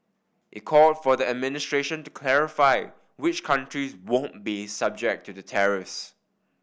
it called for the administration to clarify which countries won't be subject to the tariffs